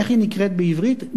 איך היא נקראת בעברית?